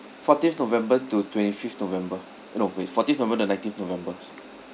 fourteenth november to twenty fifth november no wait fourteenth november to nineteenth november